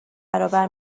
برابر